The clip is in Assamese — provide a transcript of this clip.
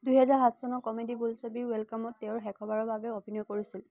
দুহেজাৰ সাত চনৰ কমেডী বোলছবি ৱেলকামত তেওঁ শেষবাৰৰ বাবে অভিনয় কৰিছিল